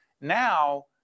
Now